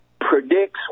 predicts